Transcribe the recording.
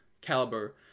caliber